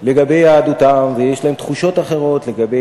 לגבי יהדותם ויש להם תחושות אחרות לגבי